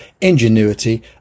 ingenuity